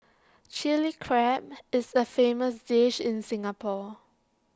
Chilli Crab is A famous dish in Singapore